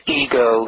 ego